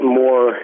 more